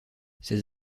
ses